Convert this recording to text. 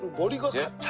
vote in